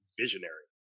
visionary